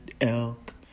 elk